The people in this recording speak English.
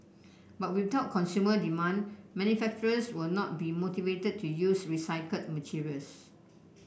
but without consumer demand manufacturers will not be motivated to use recycled materials